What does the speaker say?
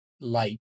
light